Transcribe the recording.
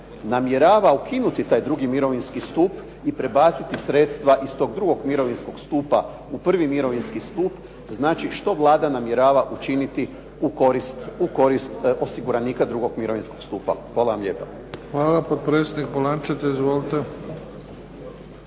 namjerava ukinuti taj drugi mirovinski stup i prebaciti sredstva iz tog drugog mirovinskog stupa u prvi mirovinski stup? Znači, što Vlada namjerava učiniti u korist osiguranika drugog mirovinskog stupa? Hvala vam lijepa. **Bebić, Luka (HDZ)** Hvala. Potpredsjednik Polančec. Izvolite.